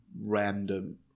random